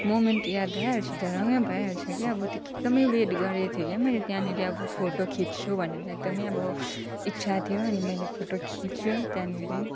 moment याद आइहाल्छ झसङ्गै भाइहाल्छ के अब त्यो एकदमै वेट गरेको थिएँ क्या मैले त्यहाँनिर अब फोटो खिच्छु भनेर एकदमै इच्छा थियो अनि मैले फोटो खिच्यो त्यहाँनिर